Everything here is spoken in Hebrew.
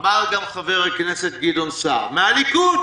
אמר גם חבר הכנסת גדעון סער מהליכוד